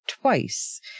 twice